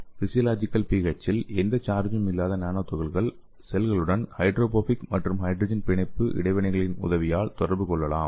physiological pH இல் எந்த சார்ஜும் இல்லாத நானோ துகள்கள் செல்களுடன் ஹைட்ரோபோபிக் மற்றும் ஹைட்ரஜன் பிணைப்பு இடைவினைகளின் உதவியுடன் தொடர்பு கொள்ளலாம்